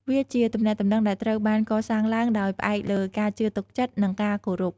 វាជាទំនាក់ទំនងដែលត្រូវបានកសាងឡើងដោយផ្អែកលើការជឿទុកចិត្ត និងការគោរព។